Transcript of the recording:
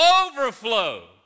overflow